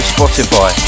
Spotify